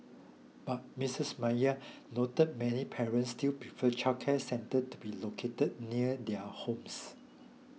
but Missus Maya noted many parents still prefer childcare centres to be located near their homes